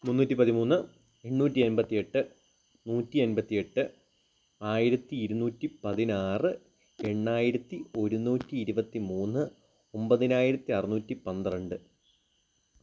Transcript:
മുന്നൂറ്റി പതിമൂന്ന് എണ്ണൂറ്റി എൺപത്തി എട്ട് നൂറ്റി എൺപത്തി എട്ട് ആയിരത്തി ഇരുന്നൂ റ്റി പതിനാറ് എണ്ണായിരത്തി ഒരുന്നൂറ്റി ഇരുപത്തി മൂന്ന് ഒമ്പതിനായിരത്തി അറുനൂറ്റി പന്ത്രണ്ട്